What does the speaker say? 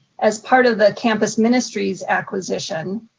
as part of the campus ministries acquisition,